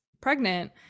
pregnant